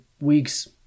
weeks